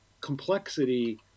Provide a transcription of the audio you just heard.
complexity